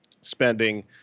spending